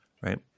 right